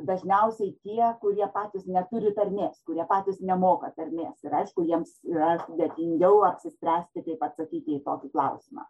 dažniausiai tie kurie patys neturi tarmės kurie patys nemoka tarmės ir aišku jiems yra sudėtingiau apsispręsti kaip atsakyti į tokį klausimą